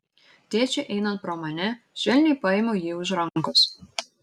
tėčiui einant pro mane švelniai paėmiau jį už rankos